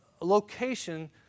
location